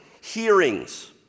hearings